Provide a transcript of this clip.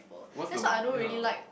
what's the ya